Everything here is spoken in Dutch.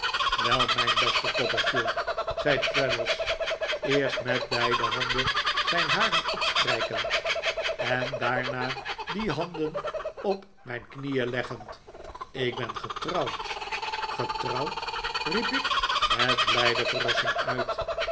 wel mijn beste copperfield zei traddles eerst met beide handen zijn haren opstrijkend en daarna die handen op mijn knieen leggend ik ben getrouwd getrouwd riep ik met blijde verrassing uit